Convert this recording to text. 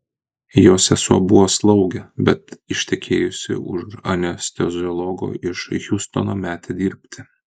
jo sesuo buvo slaugė bet ištekėjusi už anesteziologo iš hjustono metė dirbti